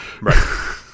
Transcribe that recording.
right